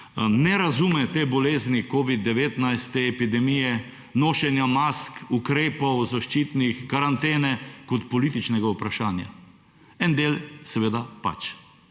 ne razume te bolezni covid-19 − te epidemije, nošenja mask, ukrepov, zaščitnih, karantene − kot političnega vprašanja. En del seveda pač